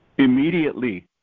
Immediately